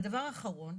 והדבר האחרון,